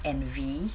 envy